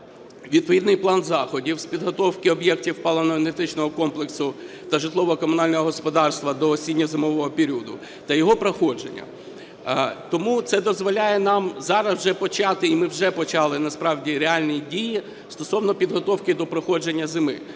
відповідний план заходів з підготовки об'єктів паливно-енергетичного комплексу та житлово-комунального господарства до осінньо-зимового періоду та його проходження. Тому це дозволяє нам зараз вже почати і ми вже почали, насправді, реальні дії стосовно підготовки до проходження зими.